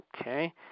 Okay